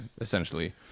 essentially